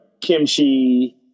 kimchi